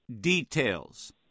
details